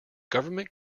government